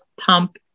pump